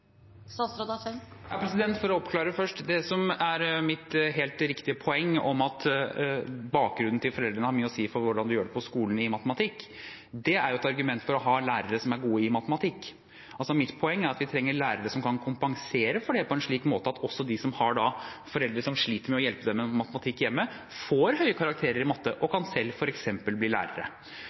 For å oppklare først: Det som er mitt helt riktige poeng om at bakgrunnen til foreldrene har mye å si for hvordan man gjør det i matematikk på skolen, er jo et argument for å ha lærere som er gode i matematikk. Mitt poeng er at vi trenger lærere som kan kompensere for det på en slik måte at også de som har foreldre som sliter med å hjelpe dem med matematikk hjemme, får høye karakterer i matte og selv kan bli f.eks. lærere.